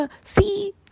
See